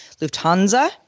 Lufthansa